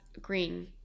green